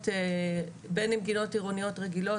בין אם גינות עירוניות רגילות,